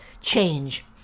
change